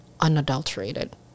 unadulterated